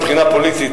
מבחינה פוליטית,